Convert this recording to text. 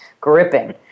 gripping